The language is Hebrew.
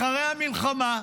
אחרי המלחמה.